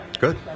Good